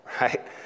right